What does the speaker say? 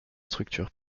structures